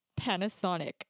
Panasonic